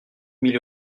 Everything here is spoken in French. mille